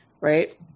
right